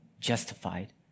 justified